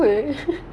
it's like